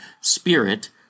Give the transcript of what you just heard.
spirit